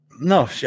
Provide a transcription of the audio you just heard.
No